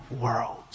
world